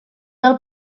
del